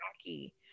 rocky